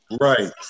Right